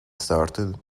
started